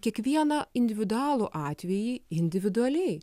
kiekvieną individualų atvejį individualiai